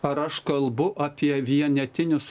ar aš kalbu apie vienetinius